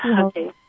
Okay